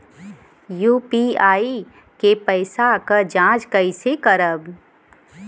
UPI के पैसा क जांच कइसे करब?